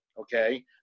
okay